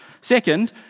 Second